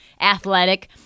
athletic